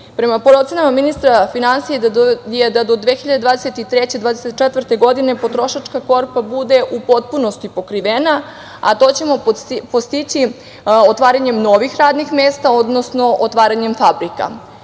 Prema procenama ministra finansija je da do 2023/2024 godine, potrošačka korpa bude u potpunosti pokrivena, a to ćemo postići otvaranjem novih radnih mesta, odnosno otvaranjem fabrika.